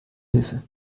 hilfe